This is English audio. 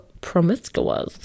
promiscuous